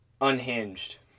unhinged